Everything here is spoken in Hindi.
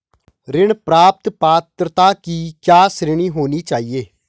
ऋण प्राप्त पात्रता की क्या श्रेणी होनी चाहिए?